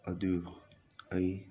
ꯑꯗꯨꯕꯨ ꯑꯩ